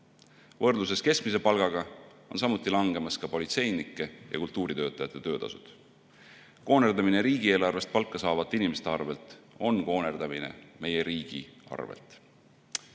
Võrdluses keskmise palgaga on samuti langemas politseinike ja kultuuritöötajate töötasud. Koonerdamine riigieelarvest palka saavate inimeste arvel on koonerdamine meie riigi